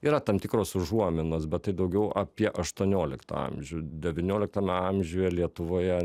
yra tam tikros užuominos bet tai daugiau apie aštuonioliktą amžių devynioliktame amžiuje lietuvoje